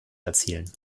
erzielen